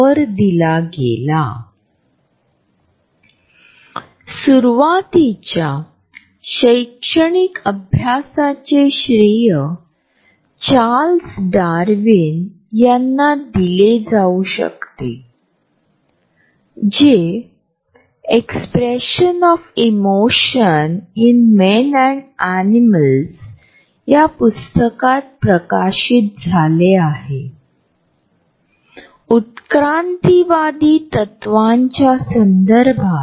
या छायाचित्रांमधे आपल्याला जवळपासची जागा आणि एकमेकांमधील अंतरही दिसून येते आहे परस्परांमधील अंतर आपण ठेवत आहोत ते इतर लोकांबद्दलची आपली वृत्ती आणि कल्पनादेखील व्यक्त करतात